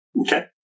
Okay